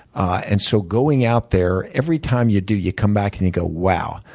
and so going out there, every time you do, you come back and go, wow.